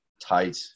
tight